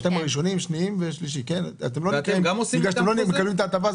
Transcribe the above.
אם אתם לא מקבלים את ההטבה,